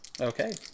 Okay